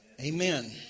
Amen